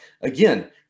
Again